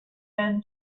been